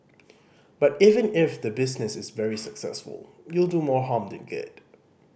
but even if the business is very successful you will do more harm than good